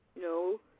No